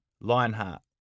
Lionheart